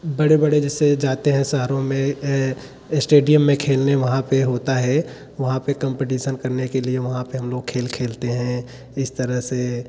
बड़े बड़े जैसे जाते हैं शहरों में स्टेडियम में खेलने वहाँ पे होता हे वहाँ पे कंपिटीसन करने के लिए वहाँ पे हम लोग खेल खेलते हैं इस तरह से